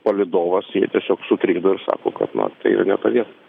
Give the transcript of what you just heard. palydovas jie tiesiog sutrikdo ir sako kad na tai yra ne ta vieta